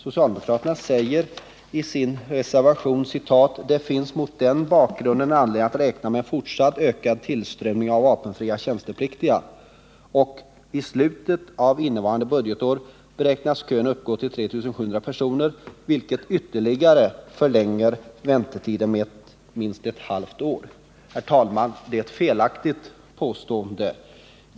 Socialdemokraterna säger i sin reservation: ”Det finns mot den bakgrunden anledning räkna med en fortsatt ökad tillströmning av vapenfria tjänstepliktiga. ———- I slutet av innevarande budgetår beräknas kön uppgå till 3 700 personer, vilket ytterligare förlänger väntetiden med minst ett halvt år.” Detta är ett felaktigt påstående.